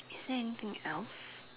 is there anything else